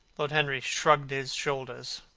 lord henry shrugged his shoulders.